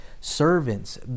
Servants